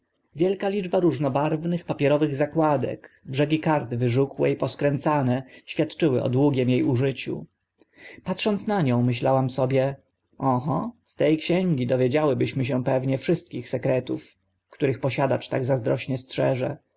wielka liczba różnobarwnych papierowych zakładek brzegi kart wyżółkłe i poskręcane świadczyły o długim e użyciu patrząc na nią myślałam sobie oho z te księgi dowiedziałybyśmy się pewnie wszystkich sekretów których posiadacz tak zazdrośnie strzeże